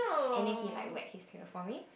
and then he like wag his tail for me